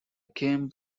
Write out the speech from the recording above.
came